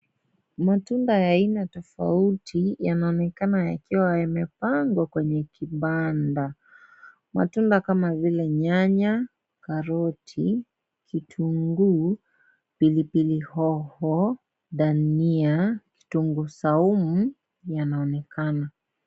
Matunda ya aina tofauti, yanaonekana yakiwa yamepangwa kwenye kibanda. Matunda kama vile, nyanya, karoti, kitunguu, pilipili hoho, dania, kitunguu saumu, yanaonekana.